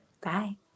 Bye